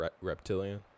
Reptilian